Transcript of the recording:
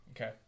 Okay